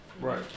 Right